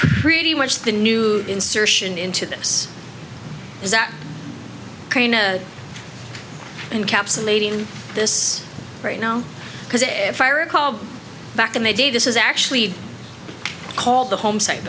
pretty much the new insertion into this is that encapsulating this right now because if i recall back in the day this is actually called the home site